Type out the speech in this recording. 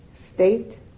state